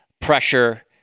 pressure